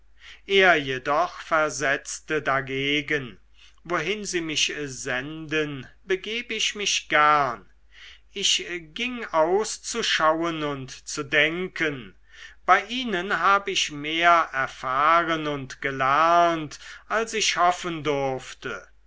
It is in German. er jedoch versetzte dagegen wohin sie mich senden begeb ich mich gern ich ging aus zu schauen und zu denken bei ihnen habe ich mehr erfahren und gelernt als ich hoffen durfte